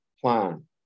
plan